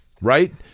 right